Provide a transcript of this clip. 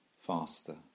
faster